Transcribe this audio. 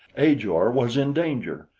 ajor was in danger!